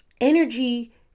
Energy